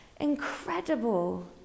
Incredible